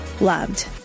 loved